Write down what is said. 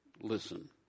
listen